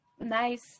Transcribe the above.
nice